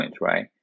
right